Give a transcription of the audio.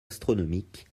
astronomiques